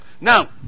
Now